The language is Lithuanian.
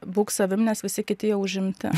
būk savim nes visi kiti jau užimti